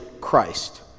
Christ